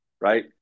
right